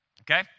Okay